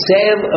Sam